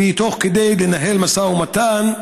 ותוך כדי כך לנהל משא ומתן,